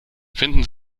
finden